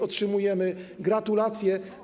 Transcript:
Otrzymujemy gratulacje.